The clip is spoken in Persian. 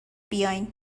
بیاین